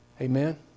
Amen